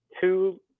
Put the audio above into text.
two